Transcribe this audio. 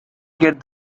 get